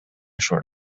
short